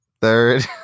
third